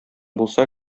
булса